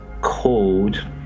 called